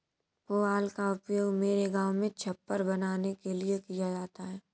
पुआल का उपयोग मेरे गांव में छप्पर बनाने के लिए किया जाता है